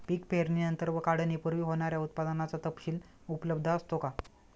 पीक पेरणीनंतर व काढणीपूर्वी होणाऱ्या उत्पादनाचा तपशील उपलब्ध असतो का?